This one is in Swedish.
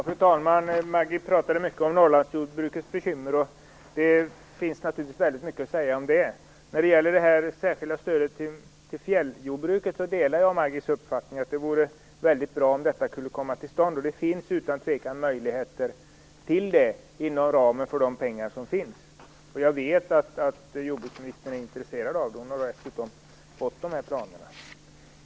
Fru talman! Maggi Mikaelsson pratade mycket om Norrlandsjordbrukets bekymmer. Det finns naturligtvis väldigt mycket att säga om det. När det gäller det särskilda stödet till fjälljordbruket delar jag hennes uppfattning - det vore väldigt bra om det kunde komma till stånd. Utan tvekan finns möjligheter till det inom ramen för de pengar som finns. Jag vet att jordbruksministern är intresserad av det. Hon har dessutom fått dessa planer.